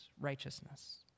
righteousness